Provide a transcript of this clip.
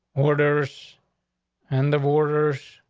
orders and the borders.